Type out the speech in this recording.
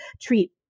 treat